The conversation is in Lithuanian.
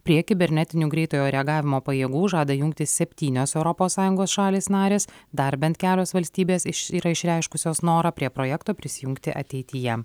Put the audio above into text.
prie kibernetinių greitojo reagavimo pajėgų žada jungtis septynios europos sąjungos šalys narės dar bent kelios valstybės iš yra išreiškusios norą prie projekto prisijungti ateityje